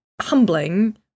humbling